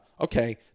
okay